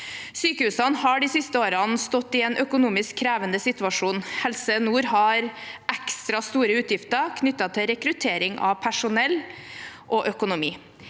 Sykehusene har de siste årene stått i en økonomisk krevende situasjon. Helse nord har ekstra store utfordringer knyttet til rekruttering av personell og økonomi.